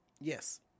Yes